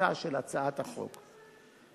חשיבותה של הצעת החוק.